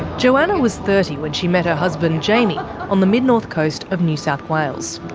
johanna was thirty when she met her husband jaimie on the mid north coast of new south wales.